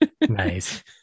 Nice